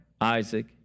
Isaac